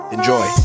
Enjoy